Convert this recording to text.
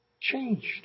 changed